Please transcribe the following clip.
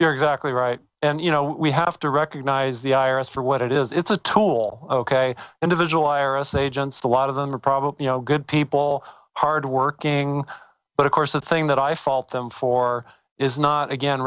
you're exactly right and you know we have to recognize the i r s for what it is it's a tool ok individual i r s agents a lot of them are probably you know good people hardworking but of course the thing that i fault them for is not again